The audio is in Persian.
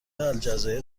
الجزایر